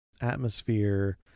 atmosphere